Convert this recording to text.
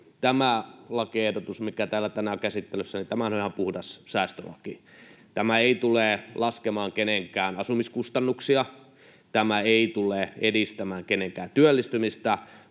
Tämä lakiehdotus, mikä täällä on tänään käsittelyssä, on ihan puhdas säästölaki. Tämä ei tule laskemaan kenenkään asumiskustannuksia, tämä ei tule edistämään kenenkään työllistymistä